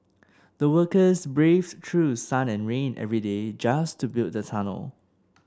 the workers braved through sun and rain every day just to build the tunnel